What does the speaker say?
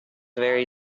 very